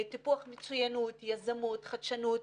טיפוח מצוינות, יזמות, חדשנות.